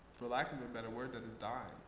for lack of a better word, that is dying.